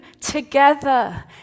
together